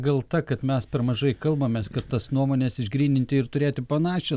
gal ta kad mes per mažai kalbamės kad tas nuomones išgryninti ir turėti panašią